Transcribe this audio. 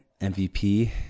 MVP